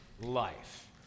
life